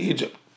Egypt